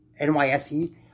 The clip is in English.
NYSE